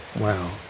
wow